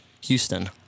Houston